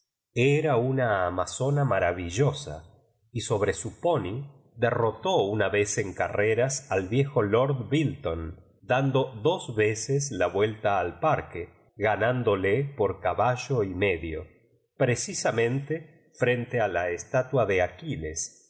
era una amazona maravillosa y sobre su poney derrotó una vez en carreras al viejo lord bilton dando dos veces lo vuelta al parque ganándole por caballo y medio precisamente frente a la estatua de aquiles